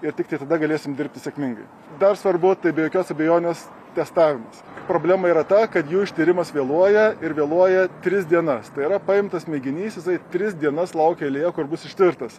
ir tik tai tada galėsim dirbti sėkmingai dar svarbu tai be jokios abejonės testavimas problema yra ta kad jų ištyrimas vėluoja ir vėluoja tris dienas tai yra paimtas mėginys jisai tris dienas laukia eilėje kol bus ištirtas